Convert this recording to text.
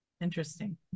interesting